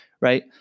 right